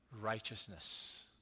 righteousness